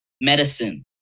Medicine